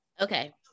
Okay